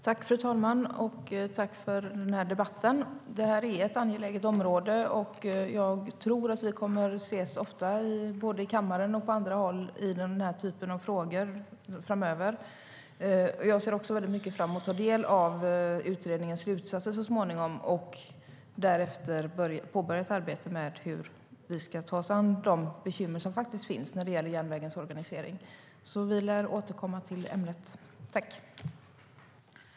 Fru talman! Jag tackar för debatten. Detta är ett angeläget område, och jag tror att vi kommer att ses ofta både i kammaren och på andra håll i denna typ av frågor framöver. Jag ser också fram mot att ta del av utredningens slutsatser så småningom och att därefter påbörja ett arbete med hur vi ska ta oss an de bekymmer som finns med järnvägens organisering. Vi lär återkomma till ämnet.